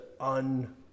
un-